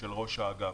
של ראש האגף.